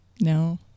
No